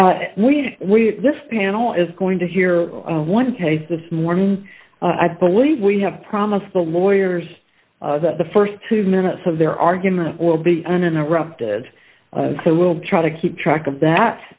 mark we we this panel is going to hear one case this morning i believe we have promised the lawyers that the st two minutes of their argument will be uninterrupted so we'll try to keep track of that